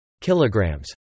kilograms